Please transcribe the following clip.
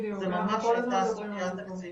זו ממש הייתה סוגיה תקציבית.